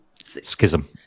Schism